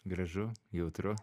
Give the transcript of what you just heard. gražu jautru